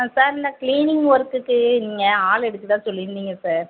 ஆ sir இந்த cleaning ஒர்க்குக்கு நீங்கள் ஆள் எடுக்கிறதா சொல்லியிருந்தீங்க சார்